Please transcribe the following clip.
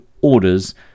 orders